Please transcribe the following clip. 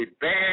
bad